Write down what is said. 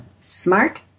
smart